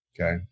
Okay